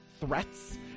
threats